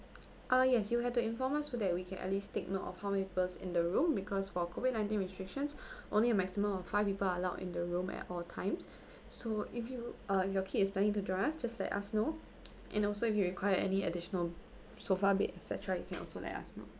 uh yes you have to inform us so that we can at least take note of how many person in the room because for COVID nineteen restrictions only a maximum of five people are allowed in the room at all times so if you uh if your kid is planning to join us just let us know and also if you require any additional sofa bed et cetera you can also let us you know